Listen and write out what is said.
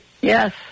Yes